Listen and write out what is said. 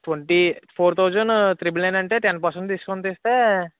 twenty four thousand triple nine అంటే ten percent discount ఇస్తే